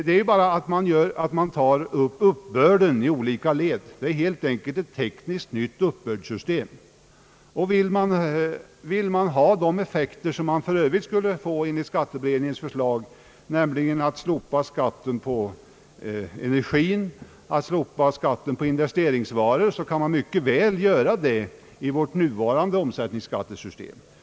Det innebär bara att man verkställer uppbörden i olika led, alltså ett nytt uppbördssystem. Vill man ha de effekter, som man för övrigt skulle få enligt skatteberedningens förslag, vilket går ut på att skatten på energi och investeringsvaror skall slopas, kan man mycket väl uppnå dem inom vårt nuvarande omsättningsskattesystem.